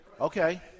Okay